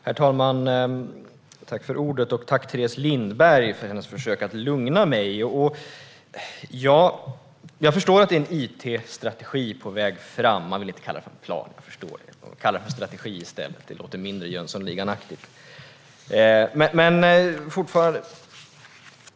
Herr talman! Jag tackar Teres Lindberg för hennes försök att lugna mig. Jag förstår att det är en it-strategi på väg fram. Man vill inte kalla den för en plan. Jag förstår det. Kalla den strategi i stället. Det låter mindre Jönssonliganaktigt.